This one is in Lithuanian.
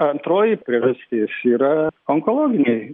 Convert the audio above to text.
antroji priežastis yra onkologiniai